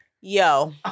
Yo